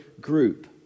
group